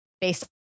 Based